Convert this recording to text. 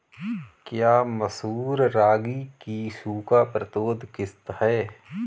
क्या मसूर रागी की सूखा प्रतिरोध किश्त है?